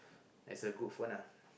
it's a good phone ah